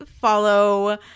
follow